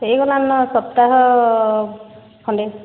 ହେଇଗଲାନ ସପ୍ତାହ ଖଣ୍ଡେ